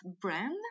brand